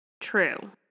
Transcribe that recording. True